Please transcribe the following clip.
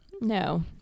No